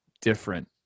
different